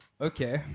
Okay